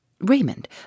Raymond